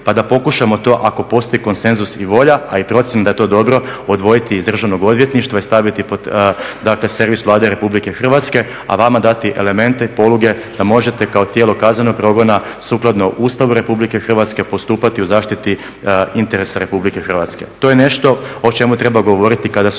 pa da pokušamo to ako postoji konsenzus i volja, a i procjena da je to dobro odvojiti iz državnog odvjetništva i staviti pod servis Vlade Republike Hrvatske, a vama dati elemente i poluge da možete kao tijelo kaznenog progona sukladno Ustavu Republike Hrvatske postupati u zaštiti interesa Republike Hrvatske. To je nešto o čemu treba govoriti kada su